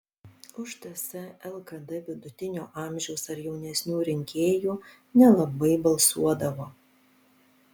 už ts lkd vidutinio amžiaus ar jaunesnių rinkėjų nelabai balsuodavo